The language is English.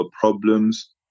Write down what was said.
problems